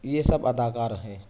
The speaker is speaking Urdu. یہ سب اداکار ہیں